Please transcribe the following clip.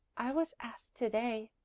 i was asked to-day,